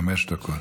חמש דקות.